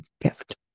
gift